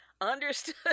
Understood